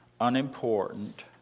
unimportant